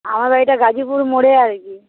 আমার বাড়িটা গাজিপুর মোড়ে আর কি